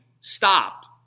stopped